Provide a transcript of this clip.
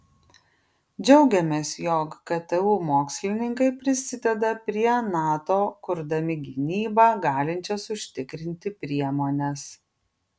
džiaugiamės jog ktu mokslininkai prisideda prie nato kurdami gynybą galinčias užtikrinti priemones